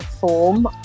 form